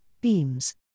beams